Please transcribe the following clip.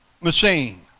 machine